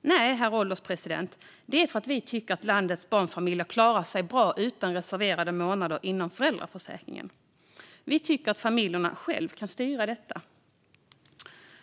Nej, herr ålderspresident, det är att vi tycker att landets barnfamiljer klarar sig bra utan reserverade månader inom föräldraförsäkringen. Vi tycker att familjerna själva kan styra detta.